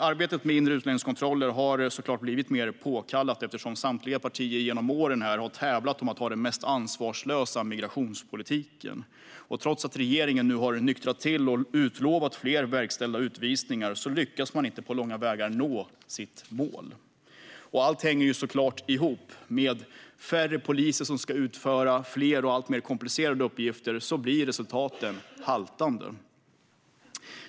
Arbetet med inre utlänningskontroller har såklart blivit mer påkallat eftersom samtliga partier här genom åren har tävlat om att ha den mest ansvarslösa migrationspolitiken. Trots att regeringen nu har nyktrat till och utlovat fler verkställda utvisningar lyckas man inte på långa vägar nå sitt mål. Allt detta hänger såklart ihop. Med färre poliser som ska utföra fler och alltmer komplicerade uppgifter blir resultaten haltande.